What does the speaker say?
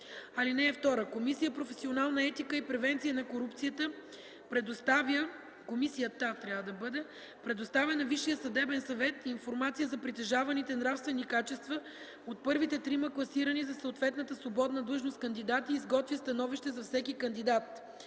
изпити. (2) Комисията „Професионална етика и превенция на корупцията” предоставя на Висшия съдебен съвет информация за притежаваните нравствени качества от първите трима класирани за съответната свободна длъжност кандидати и изготвя становище за всеки кандидат.